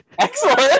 Excellent